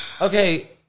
Okay